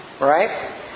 Right